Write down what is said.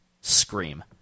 Scream